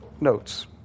notes